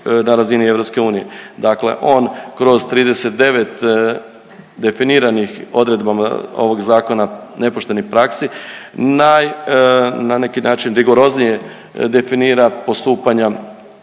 na razini EU. Dakle, on kroz 39 definiranih odredbama ovog zakona nepoštenih praksi, naj na neki način rigoroznije definira postupanja